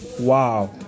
Wow